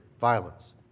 violence